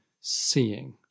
seeing